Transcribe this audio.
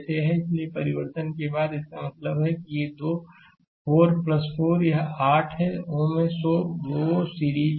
इसलिए परिवर्तन के बाद इसका मतलब है कि ये दो 4 4 यह 8 so है वे सीरीज में हैं